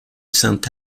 sainte